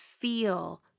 feel